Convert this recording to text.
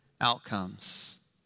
outcomes